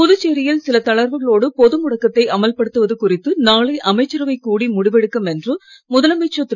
புதுச்சேரியில் சில தளர்வுகளோடு பொது முடக்கத்தை அமல்படுத்துவது குறித்து நாளை அமைச்சரவை கூடி முடிவெடுக்கும் என்று முதலமைச்சர் திரு